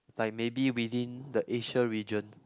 like maybe within the Asia region